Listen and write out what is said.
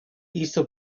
east